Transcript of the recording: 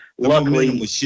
Luckily